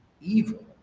evil